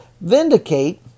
vindicate